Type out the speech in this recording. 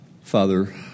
Father